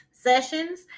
Sessions